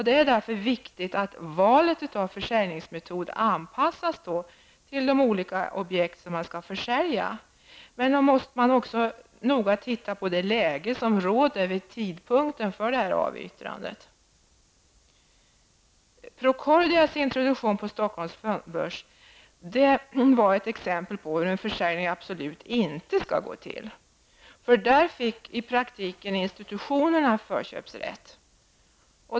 Det är därför viktigt att valet av försäljningsmetod anpassas till de olika objekt man skall sälja, men också till det läge som råder vid tidpunkten för avyttrandet. Procordias introduktion på Stockholms Fondbörs är ett exempel på hur en försäljning absolut inte skall gå till. Där fick i praktiken institutionerna en förköpsrätt.